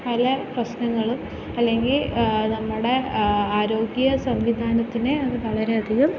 പല പ്രശ്നങ്ങളും അല്ലെങ്കിൽ നമ്മുടെ ആരോഗ്യ സംവിധാനത്തിനെ അതു വളരെയധികം